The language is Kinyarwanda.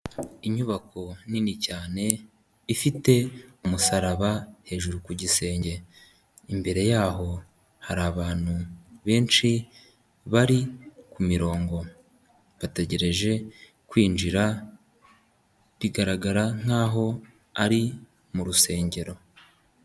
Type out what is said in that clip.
Inyubako nini cyane ifite umusaraba hejuru ku gisenge, imbere yaho hari abantu benshi bari kumirongo bategereje kwinjira bigaragara nkaho ari mu rusengero.